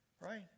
Right